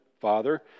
Father